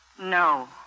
No